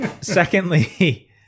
Secondly